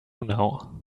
now